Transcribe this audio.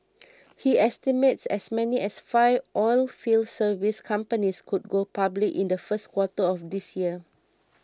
he estimates as many as five oilfield service companies could go public in the first quarter of this year